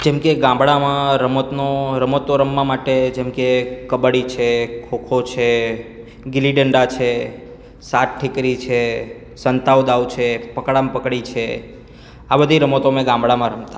જેમકે ગામડામાં રમતનો રમતો રમવા માટે જેમકે કબડ્ડી છે ખોખો છે ગીલીદંડા છે સાત ઠીકરી છે સંતાવ દાવ છે પકડમ પકડી છે આ બધી રમતો અમે ગામડામાં રમતા